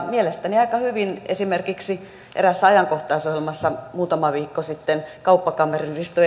mielestäni aika hyvin esimerkiksi eräässä ajankohtaisohjelmassa muutama viikko sitten kauppakamarin risto e